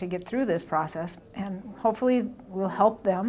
to get through this process and hopefully that will help them